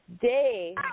Day